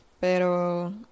Pero